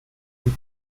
die